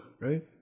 right